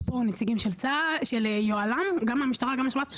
יש פה נציגים של יוהל"מ, גם מהצבא וגם מהשב"ס.